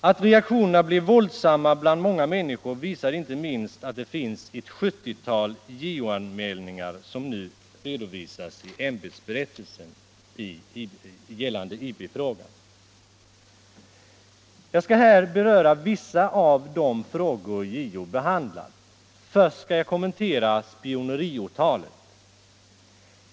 Att reaktionerna blev våldsamma bland många människor visar inte minst att det finns ett 70-tal JO-anmälningar gällande IB-affären som nu redovisas i ämbetsberättelsen. Jag skall här beröra vissa av de frågor JO behandlar. Till att börja med skall jag kommentera spioneriåtalet.